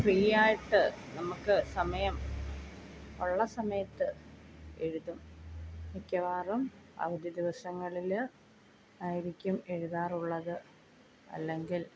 free ആയിട്ട് നമുക്ക് സമയം ഉള്ള സമയത്ത് എഴുതും മിക്കവാറും അവധി ദിവസങ്ങളിൽ ആയിരിക്കും എഴുതാറുള്ളത് അല്ലെങ്കിൽ